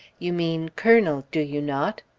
you mean colonel, do you not?